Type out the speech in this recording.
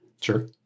Sure